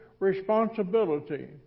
Responsibility